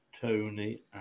Tony